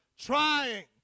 trying